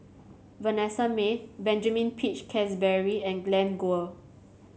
Vanessa Mae Benjamin Peach Keasberry and Glen Goei